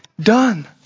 Done